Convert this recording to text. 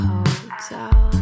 Hotel